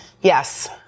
Yes